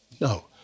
No